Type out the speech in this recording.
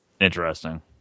interesting